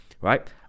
right